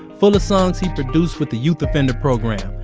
full of songs he produced with the youth offender program.